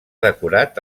decorat